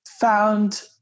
found